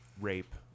rape